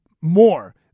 more